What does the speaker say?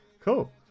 Cool